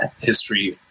history